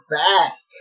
back